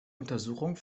untersuchung